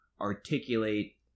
articulate